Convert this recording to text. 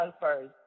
first